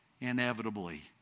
Inevitably